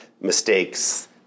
mistakes